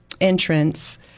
entrance